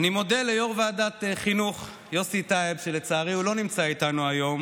אני מודה ליו"ר ועדת החינוך יוסי טייב שלצערי לא נמצא איתנו היום,